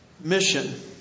mission